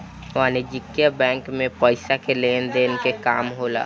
वाणिज्यक बैंक मे पइसा के लेन देन के काम होला